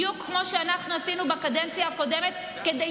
תעשי